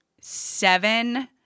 seven